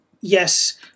yes